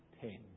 ten